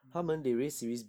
mm